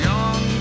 Young